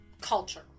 culture